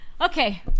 Okay